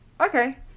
Okay